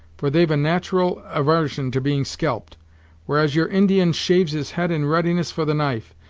for they've a nat'ral avarsion to being scalped whereas your indian shaves his head in readiness for the knife,